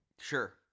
Sure